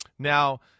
Now